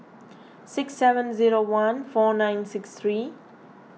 six seven zero one four nine six three